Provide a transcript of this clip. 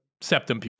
septum